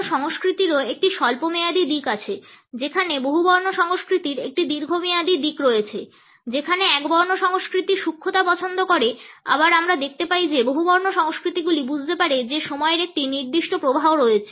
একবর্ণ সংস্কৃতিরও একটি স্বল্পমেয়াদী দিক আছে যেখানে বহুবর্ণ সংস্কৃতির একটি দীর্ঘমেয়াদী দিক রয়েছে যেখানে একবর্ণ সংস্কৃতি সূক্ষ্মতা পছন্দ করে আবার আমরা দেখতে পাই যে বহুবর্ণ সংস্কৃতিগুলি বুঝতে পারে যে সময়ের একটি নির্দিষ্ট প্রবাহ রয়েছে